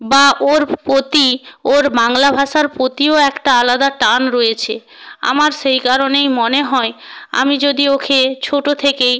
বা ওর প্রতি ওর বাংলা ভাষার প্রতিও একটা আলাদা টান রয়েছে আমার সেই কারণেই মনে হয় আমি যদি ওকে ছোটো থেকেই